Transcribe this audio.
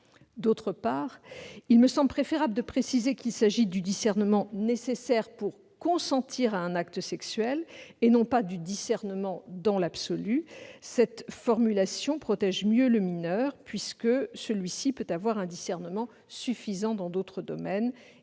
D'autre part, il me semble important de préciser qu'il s'agit du discernement nécessaire pour consentir à un acte sexuel, et non du discernement dans l'absolu. Cette formulation protège mieux le mineur, qui peut avoir un discernement suffisant dans d'autres domaines.